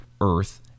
earth